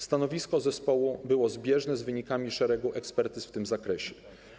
Stanowisko zespołu było zbieżne z wynikami szeregu ekspertyz w tym zakresie.